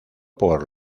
por